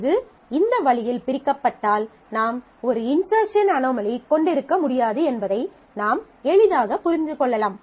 இது இந்த வழியில் பிரிக்கப்பட்டால் நாம் ஒரு இன்செர்ட்சன் அனாமலி கொண்டிருக்க முடியாது என்பதை நாம் எளிதாக புரிந்து கொள்ளலாம்